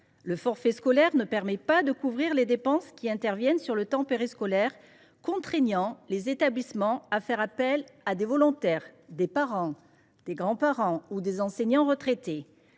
Le forfait scolaire ne permet pas de couvrir les dépenses qui interviennent sur le temps périscolaire, contraignant les établissements à faire appel à des volontaires – parents, grands parents ou enseignants retraités.